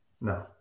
No